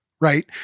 right